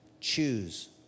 choose